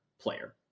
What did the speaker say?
player